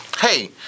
Hey